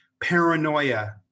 paranoia